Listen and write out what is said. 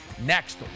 next